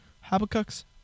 Habakkuk's